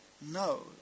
No